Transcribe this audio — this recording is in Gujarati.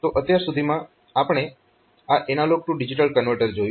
તો અત્યાર સુધી આપણે આ એનાલોગ ટુ ડીજીટલ કન્વર્ટર જોયું